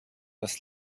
das